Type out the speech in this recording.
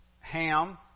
Ham